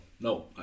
no